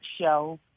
show